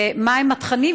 מהם התכנים?